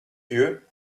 lieu